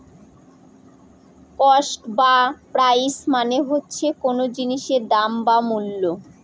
cost বা price মানে হচ্ছে কোন জিনিসের দাম বা মূল্য